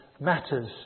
matters